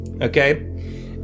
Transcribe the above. okay